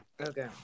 Okay